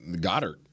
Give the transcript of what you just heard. Goddard